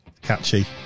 catchy